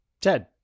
Ted